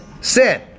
sin